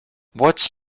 what’s